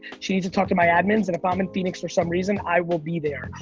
she needs to talk to my admins, and if i'm in phoenix for some reason, i will be there.